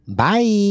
Bye